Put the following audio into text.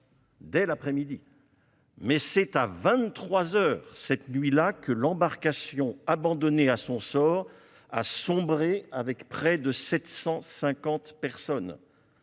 qui se nouait, mais c'est à 23 heures cette nuit-là que l'embarcation abandonnée à son sort a sombré avec près de 750 personnes